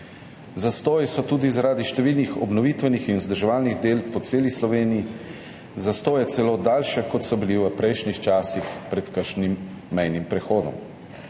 Zastoji so tudi zaradi številnih obnovitvenih in vzdrževalnih del po celi Sloveniji. Zastoji so celo daljši, kot so bili v prejšnjih časih pred kakšnim mejnim prehodom.